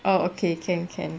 orh okay can can